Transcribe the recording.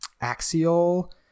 axial